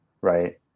right